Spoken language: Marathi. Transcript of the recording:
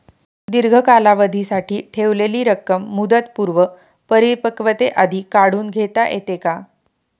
दीर्घ कालावधीसाठी ठेवलेली रक्कम मुदतपूर्व परिपक्वतेआधी काढून घेता येते का?